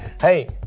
Hey